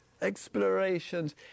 explorations